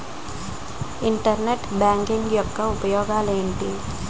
Internet banking యెక్క ఉపయోగాలు ఎంటి?